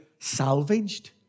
salvaged